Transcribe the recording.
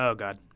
so god